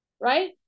right